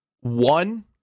One